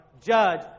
judge